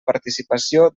participació